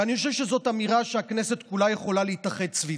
ואני חושב שזאת אמירה שהכנסת כולה יכולה להתאחד סביבה: